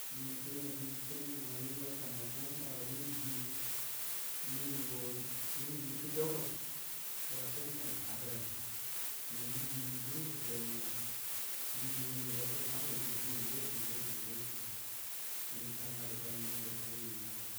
mənii kən yunotən kən nəngnga yunotang a wunii jiiyu məniibo wʊniju kə jaʊkak nyərakə nʊka gərəng me gʊjiiwʊ yəgiirə bən sʊwe mo gʊjiiwʊn nibachiiya nʊngnga gʊlənta jiiyu wʊlai jii wʊlai jiiyu wʊlaijii wʊlaijii n'wʊlaijiiyu yəmka nyagʊn banu yəmbambe kaləmimən nyagʊ.